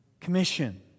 commission